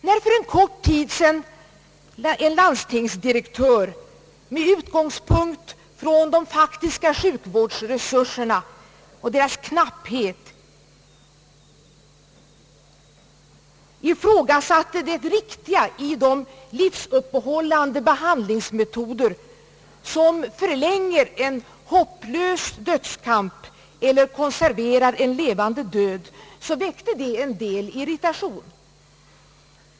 När för en tid sedan en landstingsdirektör med utgångspunkt från de faktiska sjukvårdsresurserna och deras knapphet ifrågasatte det riktiga i de livsuppehållande <behandlingsmetoder som förlänger en hopplös dödskamp eller konserverar en levande död, väckte det en del irritation.